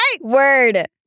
Word